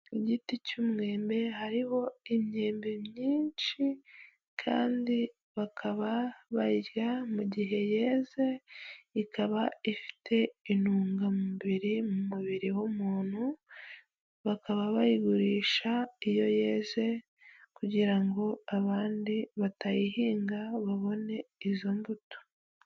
Igiti cy'umwembe, hariho imyembe myinshi, kandi bakaba bayirya mu gihe yeze, ikaba ifite intungamubiri mu mubiri w'umuntu, bakaba bayigurisha iyo yeze kugira ngo abandi batayihinga babone izo mbuto.